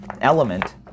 element